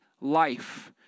life